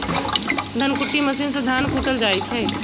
धन कुट्टी मशीन से धान कुटल जाइ छइ